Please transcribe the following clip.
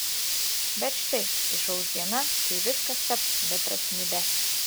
bet štai išauš diena kai viskas taps beprasmybe